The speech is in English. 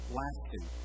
lasting